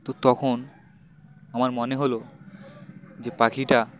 তো তখন আমার মনে হলো যে পাখিটা